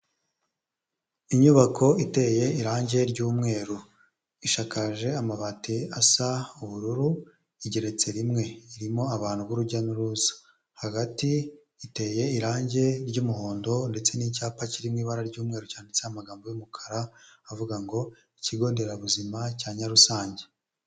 Inyubako iteye irangi ry'umweru, ishakakaje amabati asa ubururu igeretse rimwe, irimo abantu b'urujya n'uruza, hagati iteye irangi ry'umuhondo ndetse n'icyapa kirimo ibara ry'umweru cyanditseho amagambo y'umukara avuga ngo, ikigo nderabuzima cya Nyarusange.